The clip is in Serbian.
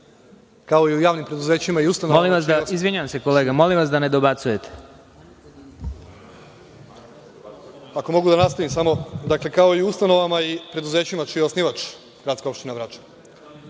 kao i u javnim preduzećima i ustanovama čiji je osnivač gradska opština Vračar.